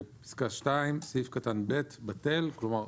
"(2) סעיף קטן (ב) בטל." כלומר,